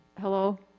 Hello